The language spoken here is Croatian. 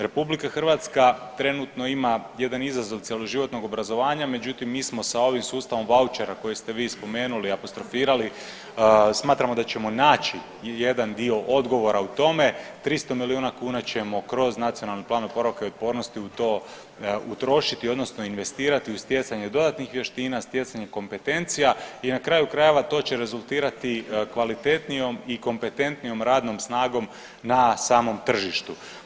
RH trenutno ima jedan izazov cjeloživotnog obrazovanja, međutim mi smo sa ovim sustavom vaučera koji ste vi spomenuli i apostrofirali smatramo da ćemo naći jedan dio odgovora u tome, 300 milijuna kuna ćemo kroz NPOO u to utrošiti odnosno investirati u stjecanje dodatnih vještina, stjecanje kompetencija i na kraju krajeva to će rezultirati kvalitetnijom i kompetentnijom radnom snagom na samom tržištu.